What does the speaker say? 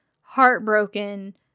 heartbroken